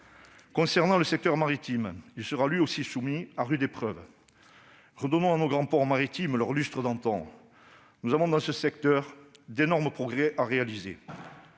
territoire. Le secteur maritime sera lui aussi soumis à rude épreuve. Redonnons à nos grands ports maritimes leur lustre d'antan. Nous avons, dans ce secteur, d'énormes progrès à réaliser.